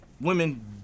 women